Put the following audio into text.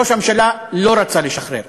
ראש הממשלה לא רצה לשחרר.